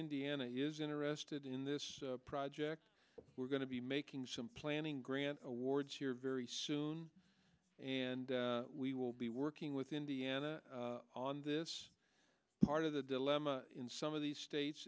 indiana is interested in this project we're going to be making some planning grant awards here very soon and we will be working with indiana on this part of the dilemma in some of these states